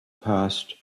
passed